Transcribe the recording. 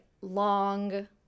long